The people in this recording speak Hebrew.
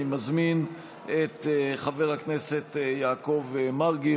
אני מזמין את חבר הכנסת יעקב מרגי,